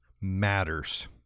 matters